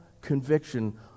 conviction